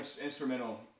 instrumental